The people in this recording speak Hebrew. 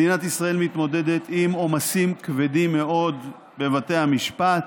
מדינת ישראל מתמודדת עם עומסים כבדים מאוד בבתי המשפט,